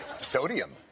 Sodium